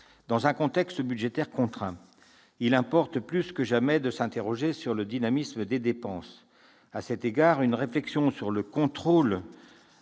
Dans un contexte budgétaire contraint, il importe plus que jamais de s'interroger sur le dynamisme des dépenses. À cet égard, une réflexion sur le contrôle